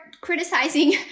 criticizing